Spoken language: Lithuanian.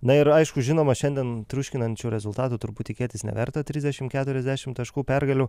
na ir aišku žinoma šiandien triuškinančių rezultatų turbūt tikėtis neverta trisdešimt keturiasdešimt taškų pergalių